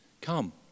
Come